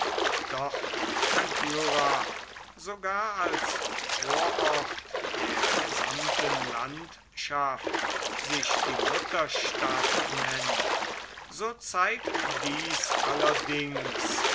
dort ankyra sogar als vorort der gesamten landschaft sich die mutterstadt nennt so zeigt dies allerdings